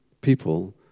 people